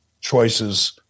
choices